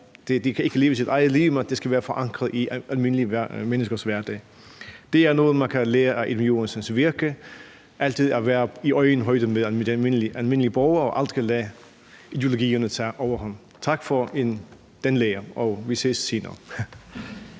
Det kan ikke leve sit eget liv; det skal være forankret i almindelige menneskers hverdag. Noget, man kan lære af hr. Edmund Joensens virke, er altid at være i øjenhøjde med almindelige borgere og aldrig at lade ideologierne tage overhånd. Tak for den lære. Og vi ses senere.